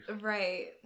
right